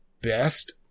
best